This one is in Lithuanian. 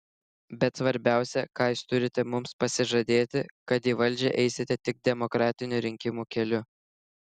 bet svarbiausia ką jūs turite mums pasižadėti kad į valdžią eisite tik demokratinių rinkimų keliu